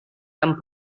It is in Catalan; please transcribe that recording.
tan